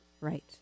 Right